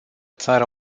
țară